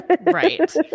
Right